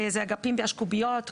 אלו אגפים באשקוביות,